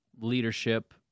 leadership